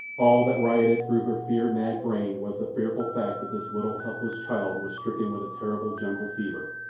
all that rioted through her fear-mad brain was the fearful fact that this little, helpless child was stricken with the terrible jungle-fever,